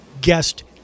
guest